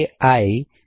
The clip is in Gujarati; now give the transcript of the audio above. આઈ